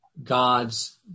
God's